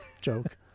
joke